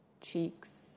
cheeks